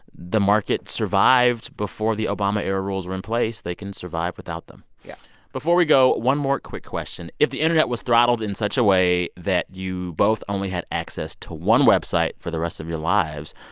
the market survived before the obama-era rules were in place. they can survive without them yeah before we go, one more quick question if the internet was throttled in such a way that you both only had access to one website for the rest of your lives,